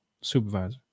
supervisor